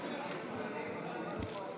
הסתייגויות 799 עד להסתייגות 807,